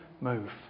move